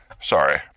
Sorry